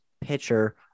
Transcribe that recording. pitcher